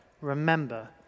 remember